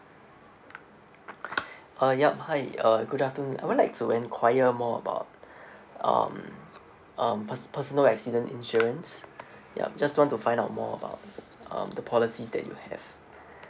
uh yup hi uh good afternoon I would like to enquire more about um um pe~ personal accident insurance yup just want to find out more about um the policies that you have